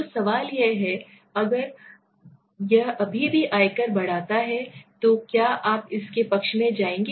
तो सवाल यह है अगर यह अभी भी आयकर बढ़ाता है तो क्या आप इसके पक्ष में जाएंगे